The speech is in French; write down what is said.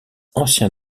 ancien